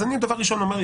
אז דבר ראשון אני אומר,